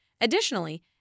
Additionally